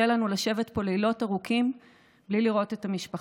לנו לשבת פה לילות ארוכים בלי לראות את המשפחה.